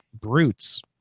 brutes